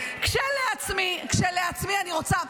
כשלעצמי אני רוצה,